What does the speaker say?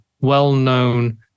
well-known